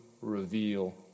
reveal